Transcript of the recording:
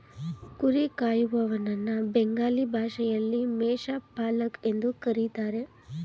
ಕುರಿ ಕಾಯುವನನ್ನ ಬೆಂಗಾಲಿ ಭಾಷೆಯಲ್ಲಿ ಮೇಷ ಪಾಲಕ್ ಎಂದು ಕರಿತಾರೆ